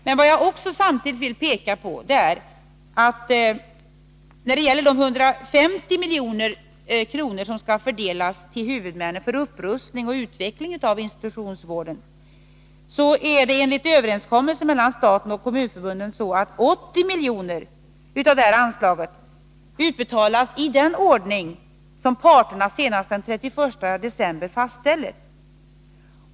Men vad jag samtidigt vill peka på är att av de 150 milj.kr. som skall fördelas till huvudmännen för upprustning och utveckling av institutionsvården utbetalas enligt överenskommelse mellan staten och kommunförbunden 80 milj.kr. i den ordning som parterna senast den 31 december fastställer.